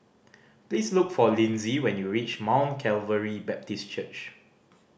please look for Lindsey when you reach Mount Calvary Baptist Church